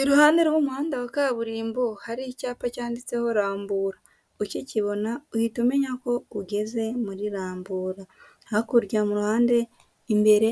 Iruhande rw'umuhanda wa kaburimbo hari icyapa cyanditseho Rambura, ukikibona uhita umenya ko ugeze muri Rambura, hakurya mu ruhande imbere,